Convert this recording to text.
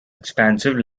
expansive